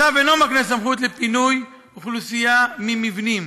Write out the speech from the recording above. הצו אינו מקנה סמכות לפינוי אוכלוסייה ממבנים,